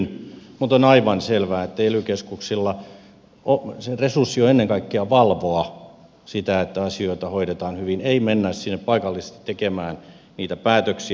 mutta on aivan selvää että ely keskuksissa se resurssi kohdistuu ennen kaikkea siihen että valvotaan sitä että asioita hoidetaan hyvin ei mennä sinne paikallisesti tekemään niitä päätöksiä